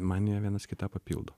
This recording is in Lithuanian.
man jie vienas kitą papildo